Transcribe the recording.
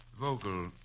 Vogel